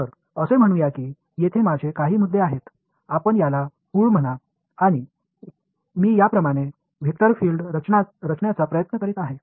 तर असे म्हणूया की येथे माझे काही मुद्दे आहेत आपण याला मूळ म्हणा आणि मी याप्रमाणे वेक्टर फील्ड रचण्याचा प्रयत्न करीत आहे